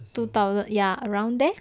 two thousand ya around there